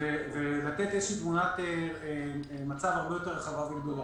ולתת איזושהי תמונת מצב הרבה יותר רחבה וגדולה.